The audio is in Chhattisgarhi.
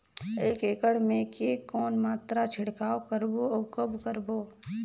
एक एकड़ मे के कौन मात्रा छिड़काव करबो अउ कब करबो?